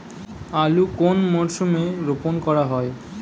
আলু কোন মরশুমে রোপণ করা হয়?